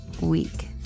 week